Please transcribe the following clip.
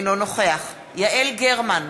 אינו נוכח יעל גרמן,